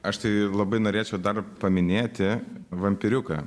aš tai labai norėčiau dar paminėti vampyriuką